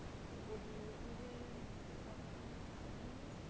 so we'll do images, outline images, all images.